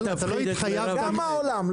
אל תפחיד את מרב מיכאלי.